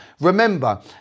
Remember